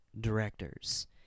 directors